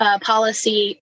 policy